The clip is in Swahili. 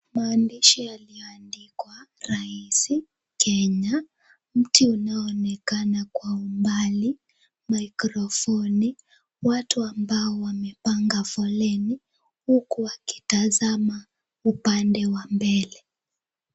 Maandishi yaliyoandikwa raisi Kenya, Mti unaoonekana kwa mbali, maikrofoni, watu waliopanga foleni huku wakitazama upande wa mbele.